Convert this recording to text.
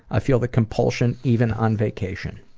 i feel the compulsion even on vacation.